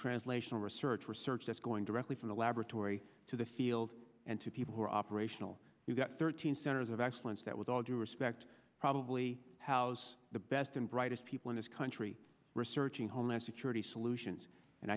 translational research research that's going directly from the laboratory to the field and to people who are operational we've got thirteen centers of excellence that with all due respect probably house the best and brightest people in this country researching homeland security solutions and